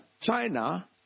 China